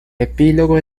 epílogo